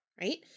right